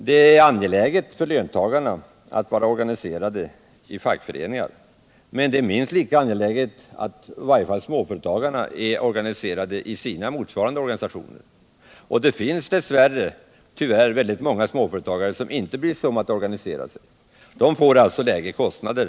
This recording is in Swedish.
Det är angeläget för löntagarna att vara organiserade i fackföreningar, men det är minst lika angeläget för i varje fall småföretagarna att vara Or ganiserade i sina organisationer. Men det finns tyvärr många småföre = Nr 56 tagare som inte bryr sig om att organisera sig. De får alltså lägre kostnader.